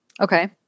Okay